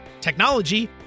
technology